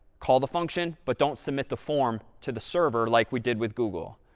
call the function but don't submit the form to the server, like we did with google?